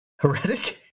Heretic